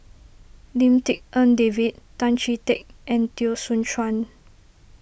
Lim Tik En David Tan Chee Teck and Teo Soon Chuan